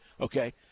okay